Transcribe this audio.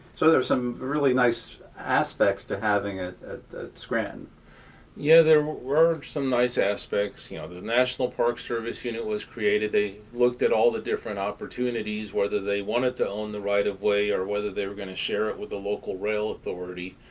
so, there's some really nice aspects to having it at scranton. pat yeah, there were some nice aspects. you know, the national park service unit was created. they looked at all the different opportunities, whether they wanted to own the right-of-way or whether they were going to share it with the local rail authority,